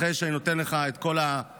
אחרי שאני נותן לך את כל התשבחות.